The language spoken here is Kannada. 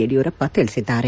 ಯಡಿಯೂರಪ್ಪ ತಿಳಿಸಿದ್ದಾರೆ